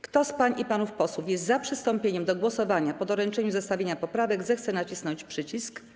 Kto z pań i panów posłów jest za przystąpieniem do głosowania po doręczeniu zestawienia poprawek, zechce nacisnąć przycisk.